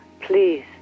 please